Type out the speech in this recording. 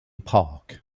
parke